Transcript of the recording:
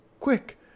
Quick